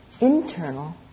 internal